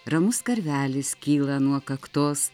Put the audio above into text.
ramus karvelis kyla nuo kaktos